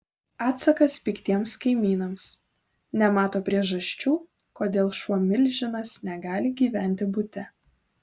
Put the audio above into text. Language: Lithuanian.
atsakas piktiems kaimynams nemato priežasčių kodėl šuo milžinas negali gyventi bute